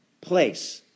place